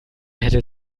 hätte